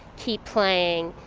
keep playing,